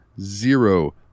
zero